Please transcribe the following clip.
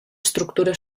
estructura